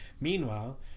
Meanwhile